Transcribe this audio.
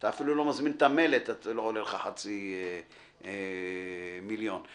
אפילו לקנות את המלט עולה לך יותר מחצי מיליון שקל.